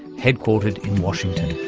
headquartered in washington.